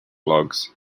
logs